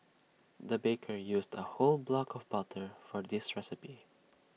the baker used A whole block of butter for this recipe